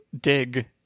dig